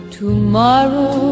tomorrow